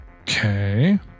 Okay